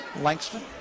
Langston